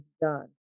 done